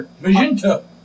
Magenta